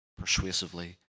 persuasively